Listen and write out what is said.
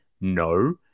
no